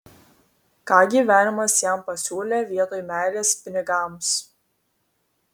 ką gyvenimas jam pasiūlė vietoj meilės pinigams